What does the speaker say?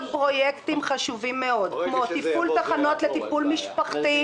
פרויקטים חשובים מאוד כמו תפעול תחנות לטיפול משפחתי,